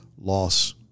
loss